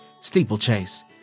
Steeplechase